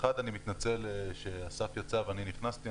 ראשית, אני מתנצל שאסף יצא ואני נכנסתי.